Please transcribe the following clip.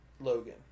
Logan